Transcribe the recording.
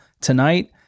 tonight